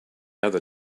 other